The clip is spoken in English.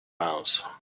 mouse